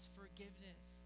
forgiveness